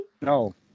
No